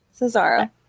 Cesaro